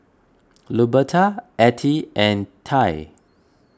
Luberta Attie and Ty